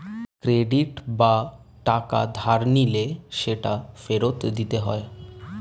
credit বা টাকা ধার নিলে সেটা ফেরত দিতে হয়